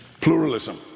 pluralism